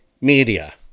media